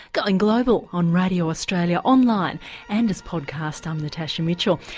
going global on radio australia, online and as podcast, i'm natasha mitchell.